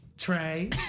Trey